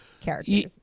characters